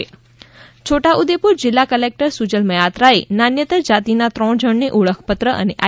transgender Chhota Udepur જિલ્લા collector Sujal મયાત્રાએ નાન્યતર જાતિના ત્રણ જણને ઓળખપત્ર અને આઇ